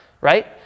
right